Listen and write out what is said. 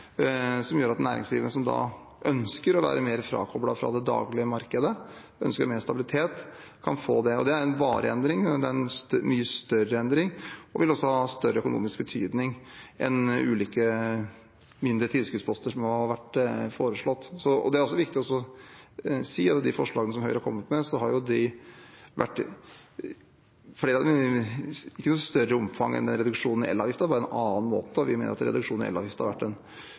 som gjør at næringsdrivende som ønsker å være mer frakoblet det daglige markedet, og som ønsker mer stabilitet, kan få det. Det er en varig endring, det er en mye større endring, og den vil også ha mye større økonomisk betydning enn ulike mindre tilskuddsposter som har vært foreslått. Det er også viktig å si at flere av de forslagene Høyre har kommet med, ikke har hatt noe større omfang enn reduksjonen i elavgiften. Det er bare en annen måte, og vi mener at reduksjonen i elavgiften har vært